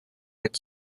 its